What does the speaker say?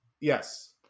Yes